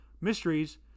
mysteries